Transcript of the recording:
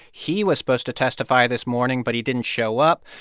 he was supposed to testify this morning, but he didn't show up.